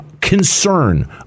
concern